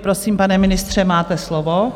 Prosím, pane ministře, máte slovo.